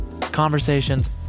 Conversations